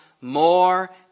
more